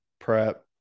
prep